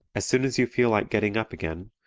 as soon as you feel like getting up again,